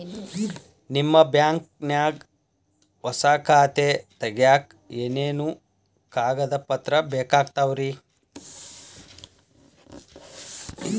ನಿಮ್ಮ ಬ್ಯಾಂಕ್ ನ್ಯಾಗ್ ಹೊಸಾ ಖಾತೆ ತಗ್ಯಾಕ್ ಏನೇನು ಕಾಗದ ಪತ್ರ ಬೇಕಾಗ್ತಾವ್ರಿ?